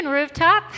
Rooftop